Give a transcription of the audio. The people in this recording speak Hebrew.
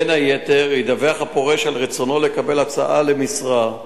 בין היתר ידווח הפורש על רצונו לקבל הצעה למשרה,